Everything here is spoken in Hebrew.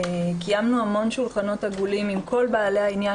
קיימנו המון שולחנות עגולים עם כל בעלי העניין